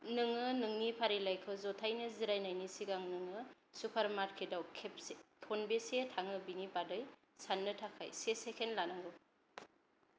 नोङो नोंनि फारिलाइखौ जथायनो जिरायनायनि सिगां नोङो सुपरमार्केटाव खेबसे खनबेसे थाङो बिनि बादै साननो थाखाय से सेकेन्ड लानांगौ